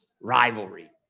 rivalry